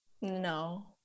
No